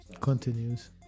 continues